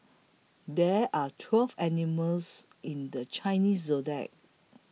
there are twelve animals in the Chinese zodiac